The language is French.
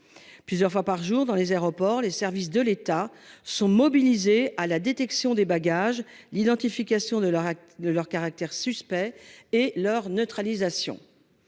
plusieurs fois par jour dans les aéroports, les services de l'État sont mobilisés à la détection des bagages. L'identification de leur de leur caractère suspect et leur neutralisation.